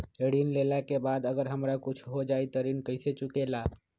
ऋण लेला के बाद अगर हमरा कुछ हो जाइ त ऋण कैसे चुकेला?